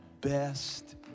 best